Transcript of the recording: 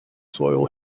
soil